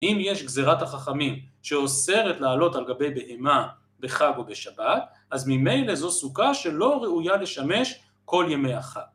‫אם יש גזירת החכמים ‫שאוסרת לעלות על גבי בהימה ‫בחב ובשבת, אז ממילא זו סוכה ‫שלא ראויה לשמש כל ימי החב.